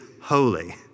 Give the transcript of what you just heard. holy